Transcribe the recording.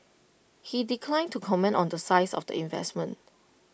he declined to comment on the size of the investment